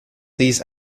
these